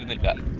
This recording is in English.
think that